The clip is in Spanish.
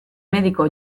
médico